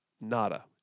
nada